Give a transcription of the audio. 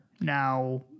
now